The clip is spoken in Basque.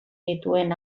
dituen